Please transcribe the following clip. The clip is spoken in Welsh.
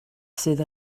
sydd